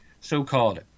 so-called